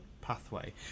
pathway